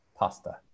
Pasta